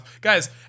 Guys